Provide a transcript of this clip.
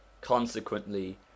Consequently